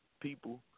people